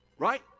Right